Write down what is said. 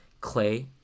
Clay